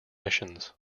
missions